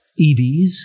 EVs